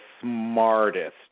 smartest